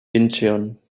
incheon